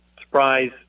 surprise